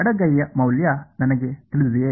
ಎಡಗೈಯ ಮೌಲ್ಯ ನನಗೆ ತಿಳಿದಿದೆಯೇ